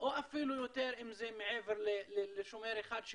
או אפילו יותר אם זה מעבר לשומר אחד,